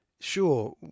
sure